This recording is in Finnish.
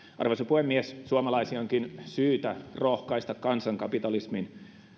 puhemies suomalaisia onkin syytä rohkaista kansankapitalismin